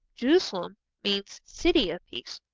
jeru-salem means city of peace.